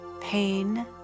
pain